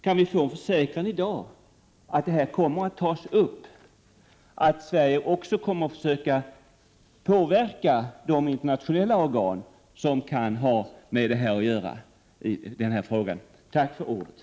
Kan vi få en försäkran i dag om att saken kommer att tas upp, att Sverige också kommer att försöka påverka de internationella organ som har med frågan att göra?